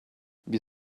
wir